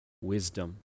wisdom